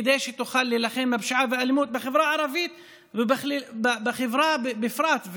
כדי שתוכל להילחם בפשיעה ובאלימות בחברה הערבית בכלל ובחברה בפרט?